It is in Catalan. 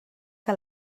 que